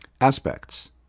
Aspects